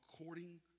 according